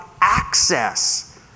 access